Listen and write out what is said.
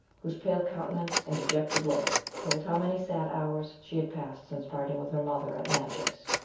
whose pale countenance and dejected look told how many sad hours she had passed since parting with her mother at natchez.